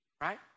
right